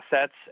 assets